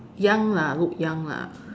young lah look young lah